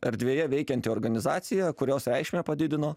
erdvėje veikianti organizacija kurios reikšmę padidino